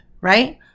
Right